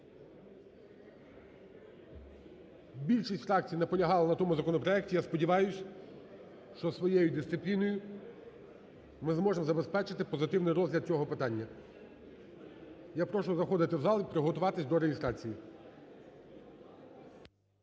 більшість фракцій наполягало на тому законопроекті, я сподіваюсь, що своєю дисципліною ми зможемо забезпечити позитивний розгляд цього питання. Я прошу заходити в зал і приготуватися до реєстрації.